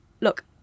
look